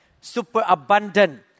superabundant